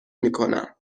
میکنم